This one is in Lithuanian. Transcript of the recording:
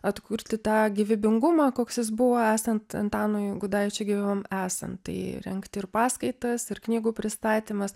atkurti tą gyvybingumą koks jis buvo esant antanui gudaičiui gyvam esant tai rengti ir paskaitas ir knygų pristatymas